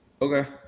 Okay